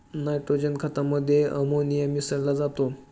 nitrogen खतामध्ये ammonia मिसळा जातो